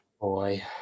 Boy